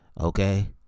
Okay